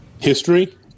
history